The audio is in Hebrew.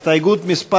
הסתייגות מס'